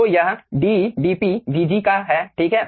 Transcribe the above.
तो यह d dP vg का है ठीक है